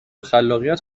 خلاقیت